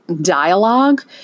dialogue